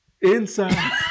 Inside